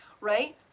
right